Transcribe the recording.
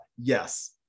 Yes